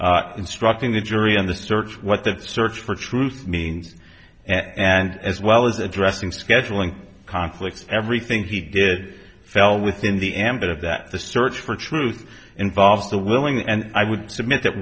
down instructing the jury on the search what the search for truth means and as well as addressing scheduling conflicts everything he did fell within the ambit of that the search for truth involves the willing and i would submit that